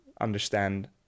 understand